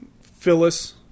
Phyllis